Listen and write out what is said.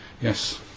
yes